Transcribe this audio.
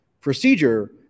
procedure